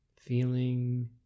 feeling